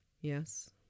Yes